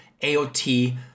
AOT